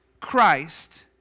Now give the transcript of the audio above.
Christ